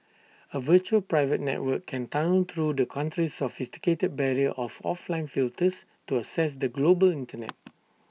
A virtual private network can tunnel through the country's sophisticated barrier of of line filters to access the global Internet